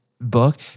book